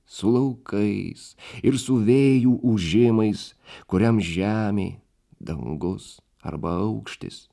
su laukais ir su vėjų ūžimais kuriam žemė dangus arba aukštis